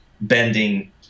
bending